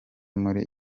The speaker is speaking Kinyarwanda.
muri